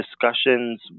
discussions